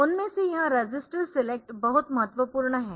उनमें से यह रजिस्टर सिलेक्ट बहुत महत्वपूर्ण है